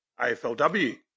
AFLW